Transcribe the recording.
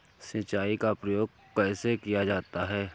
सिंचाई का प्रयोग कैसे किया जाता है?